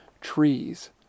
trees